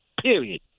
Period